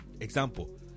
Example